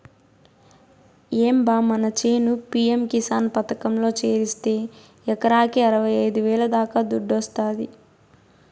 ఏం బా మన చేను పి.యం కిసాన్ పథకంలో చేరిస్తే ఎకరాకి అరవైఐదు వేల దాకా దుడ్డొస్తాది